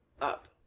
up